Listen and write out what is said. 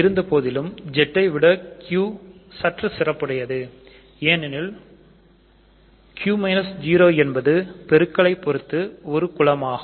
இருந்தபோதிலும் Z ஜ விட Q சற்று சிறப்புடையது ஏனெனில் Q 0 என்பது பெருக்கலை பொறுத்து ஒரு குலமாகும்